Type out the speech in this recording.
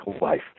life